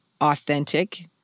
authentic